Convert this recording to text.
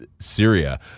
Syria